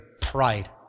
pride